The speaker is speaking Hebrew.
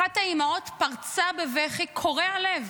אחת האימהות פרצה בבכי קורע לב,